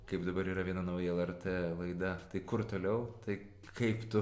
kaip dabar yra viena nauja lrt laida tai kur toliau tai kaip tu